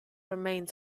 remains